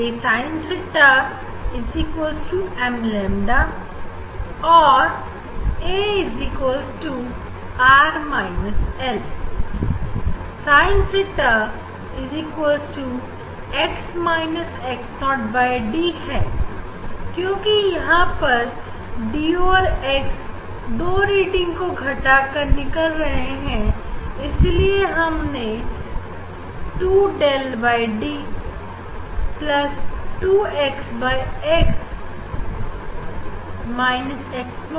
a sin theta m lambda और a R L है Sin theta D है क्योंकि हम यहां पर D और x दो रीडिंग को घटाकर निकाल रहे हैं इसीलिए हम यहां पर 2 del D by D plus 2 del x by x minus x 0 ले रहे हैं